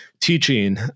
teaching